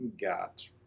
got